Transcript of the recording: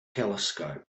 telescope